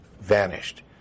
vanished